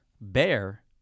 Bear